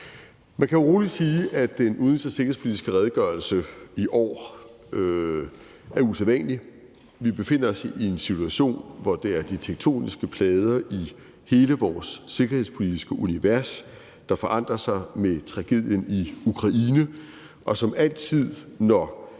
Man kan jo roligt sige, at den udenrigs- og sikkerhedspolitiske redegørelse i år er usædvanlig. Vi befinder os i en situation, hvor det er de tektoniske plader i hele vores sikkerhedspolitiske univers, der forandrer sig med tragedien i Ukraine,